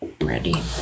Ready